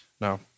No